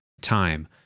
time